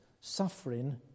suffering